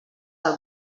del